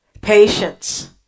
patience